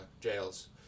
jails